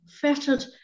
Fettered